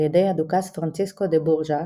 על ידי הדוכס פרנסיסקו דה בורג'ה,